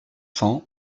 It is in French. cent